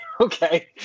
Okay